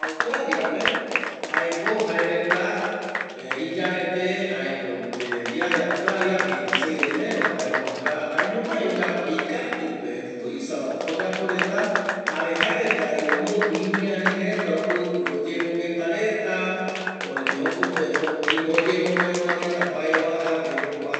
Auatralia pe jaeko jae reta dia de Australia pe jae veinti cesi de enero jae jokua jaeñomai oyapo ikatu pe tuisa va rupi oyapo reta jare jaereta omboipi imiari reta omboepi yemongueta reta poruqe jokope oyemomandua reta vae uajagüe jokua